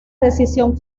decisión